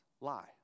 lie